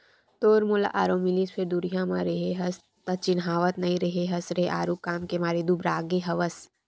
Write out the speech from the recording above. तोर मोला आरो मिलिस फेर दुरिहा म रेहे हस त चिन्हावत नइ रेहे हस रे आरुग काम के मारे दुबरागे हवस